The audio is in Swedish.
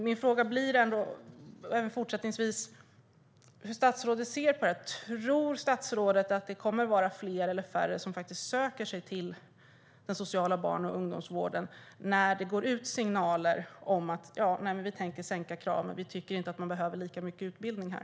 Min fråga blir hur statsrådet ser på det här. Tror statsrådet att det kommer att vara fler eller färre som söker sig till den sociala barn och ungdomsvården när det går ut signaler om att vi tänker sänka kraven, att vi tycker att man inte behöver lika mycket utbildning här?